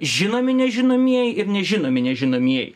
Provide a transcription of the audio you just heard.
žinomi nežinomieji ir nežinomi nežinomieji